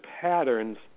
patterns